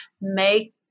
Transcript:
make